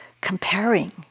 comparing